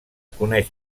coneix